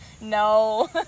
No